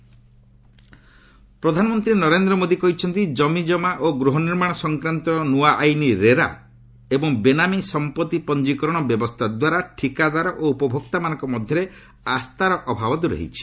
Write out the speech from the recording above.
PM real estate ପ୍ରଧାନମନ୍ତ୍ରୀ ନରେନ୍ଦ୍ର ମୋଦି କହିଛନ୍ତି କମିକମା ଓ ଗୃହନିର୍ମାଣ ସଂକ୍ରାନ୍ତ ନୂଆ ଆଇନ୍ 'ରେରା' ଏବଂ ବେନାମୀ ସମ୍ପତ୍ତି ପଞ୍ଜିକରଣ ବ୍ୟବସ୍ଥା ଦ୍ୱାରା ଠିକାଦାର ଓ ଉପମୋକ୍ତାମାନଙ୍କ ମଧ୍ୟରେ ଆସ୍ଥା ଅଭାବ ଦୂର ହୋଇଛି